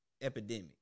epidemic